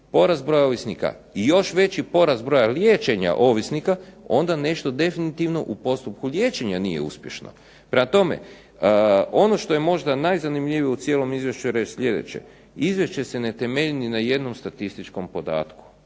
porast broja ovisnika i još veći porast broja liječenja ovisnika onda nešto definitivno u postupku liječenja nije uspješno. Prema tome, ono što je možda najzanimljivije u cijelom izvješću je sljedeće. Izvješće se ne temelji ni na jednom statističkom podatku,